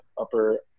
upper